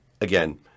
again